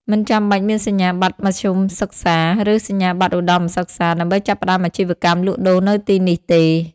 មិនចាំបាច់មានសញ្ញាបត្រមធ្យមសិក្សា ឬសញ្ញាបត្រឧត្ដមសិក្សាដើម្បីចាប់ផ្តើមអាជីវកម្មលក់ដូរនៅទីនេះទេ។